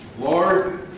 Lord